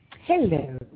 Hello